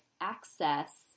access